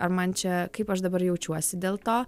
ar man čia kaip aš dabar jaučiuosi dėl to